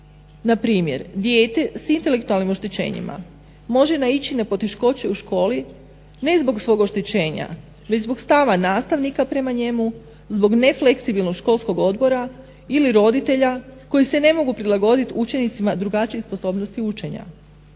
npr. dijete s intelektualnim oštećenjima može naići na poteškoće u školi ne zbog svog oštećenja već zbog stava nastavnika prema njemu, zbog nefleksibilnog školskog odbora ili roditelja koji se ne mogu prilagoditi učenicima drugačijih sposobnosti učenja.